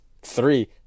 three